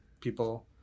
people